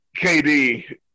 KD